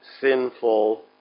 sinful